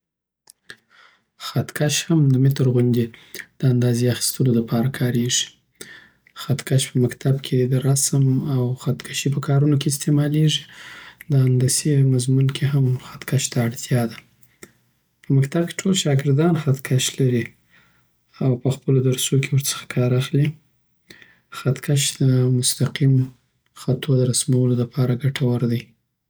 خطکش هم د متر غوندی د اندازې اخستود پاره کارېږي. خطکش په مکتب کی د رسم او خط کشی په کارونو کې استعمالېږي. دهندسی مضمون کی هم خطکش ته اړتیاده په مکتب ټول شاګردان خطکش لری او په خپلو درسونو کی ورڅخه کار اخلی خطکش د مستقیمو خطو د رسمولو د پاره ګټور دی